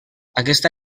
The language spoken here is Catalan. aquesta